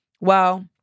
Well-